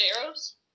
arrows